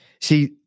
See